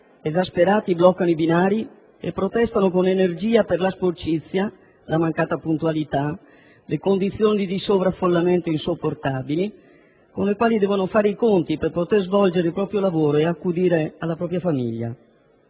esasperati, bloccano i binari e protestano con energia per la sporcizia, la mancata puntualità e le condizioni di sovraffollamento insopportabili con le quali devono fare i conti per poter svolgere il proprio lavoro e accudire la propria famiglia.